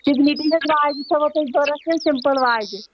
سِگنِٹی ہِنٛز واجہِ چھَو تۄہہِ ضروٗرَت کِنہٕ سِمپٕل واجہِ